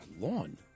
Lawn